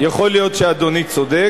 יכול להיות שאדוני צודק.